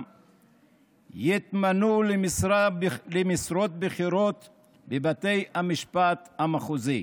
יתמנו למשרות בכירות בבתי המשפט המחוזיים.